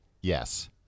Yes